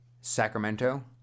Sacramento